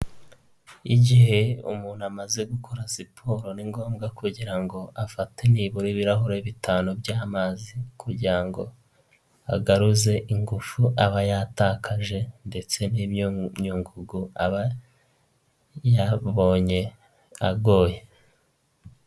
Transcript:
Igihe umuntu amaze gukora siporo, ni ngombwa kugira ngo afate nibura ibirahure bitanu by'amazi. Kugira ngo agaruze ingufu aba yatakaje ndetse n'imyunyu ngugu aba yabonye agoye.